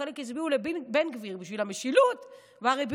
חלק הצביעו לבן גביר, בשביל המשילות והריבונות,